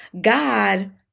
God